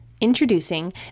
Introducing